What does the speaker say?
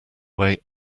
way